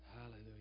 Hallelujah